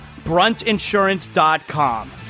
BruntInsurance.com